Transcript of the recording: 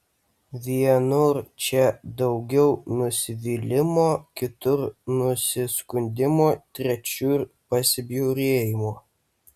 vienur čia daugiau nusivylimo kitur nusiskundimo trečiur pasibjaurėjimo